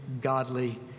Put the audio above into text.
godly